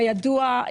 כידוע,